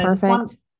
perfect